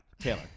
Taylor